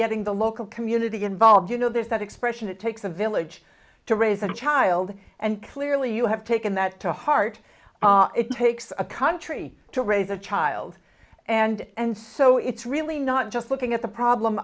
getting the local community involved you know there's that expression it takes a village to raise a child and clearly you have taken that to heart it takes a country to raise a child and so it's really not just looking at the problem